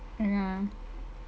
ya